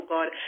God